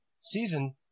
season